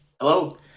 Hello